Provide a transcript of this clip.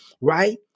right